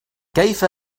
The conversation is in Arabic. كيف